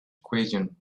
equation